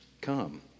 come